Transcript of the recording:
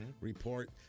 report